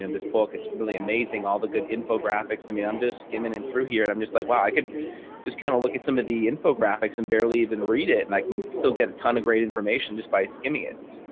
and this book. it's really amazing all the good infographics, i mean, i'm just skimming and through here and i'm just like, well, i could just kind of look at some of the infographics and barely even read it and i can still get a ton of great information just by skimming it,